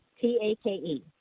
T-A-K-E